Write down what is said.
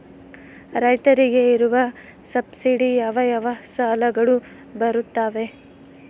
ರೈತರಿಗೆ ಇರುವ ಸಬ್ಸಿಡಿ ಯಾವ ಯಾವ ಸಾಲಗಳು ಬರುತ್ತವೆ?